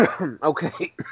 Okay